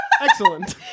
Excellent